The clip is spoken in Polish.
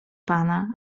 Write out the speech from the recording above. pana